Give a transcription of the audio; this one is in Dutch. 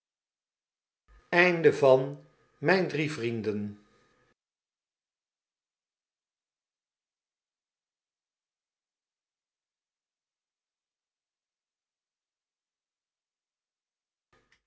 mm mijne drie vrienden